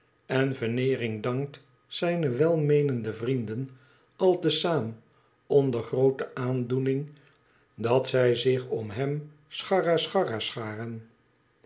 en veneering dankt zijne welmeenende vrienden al te zaam onder groote aandoening dat zij zich om hem scharascharascharen